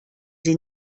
sie